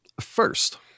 First